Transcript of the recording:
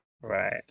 right